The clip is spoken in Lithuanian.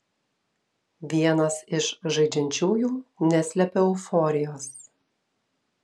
vienas iš žaidžiančiųjų neslepia euforijos